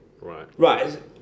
Right